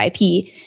IP